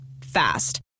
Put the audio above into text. Fast